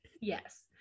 yes